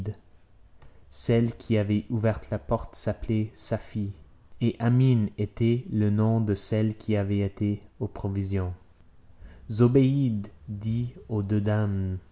celle qui avait ouvert la porte s'appelait safie et amine était le nom de celle qui avait été aux provisions zobéide dit aux deux dames